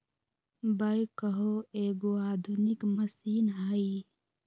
backhoe एगो आधुनिक machine हइ